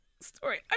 story